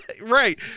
right